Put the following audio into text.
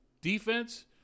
defense